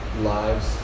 lives